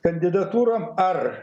kandidatūrom ar